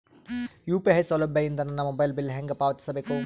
UPI ಸೌಲಭ್ಯ ಇಂದ ನನ್ನ ಮೊಬೈಲ್ ಬಿಲ್ ಹೆಂಗ್ ಪಾವತಿಸ ಬೇಕು?